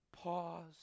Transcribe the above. Pause